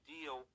Deal